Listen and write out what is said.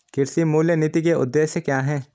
कृषि मूल्य नीति के उद्देश्य क्या है?